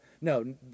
No